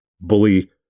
bully